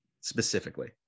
specifically